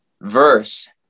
Verse